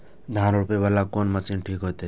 धान रोपे वाला कोन मशीन ठीक होते?